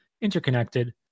interconnected